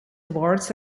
awards